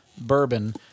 bourbon